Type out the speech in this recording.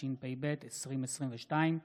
התשפ"ב 2022,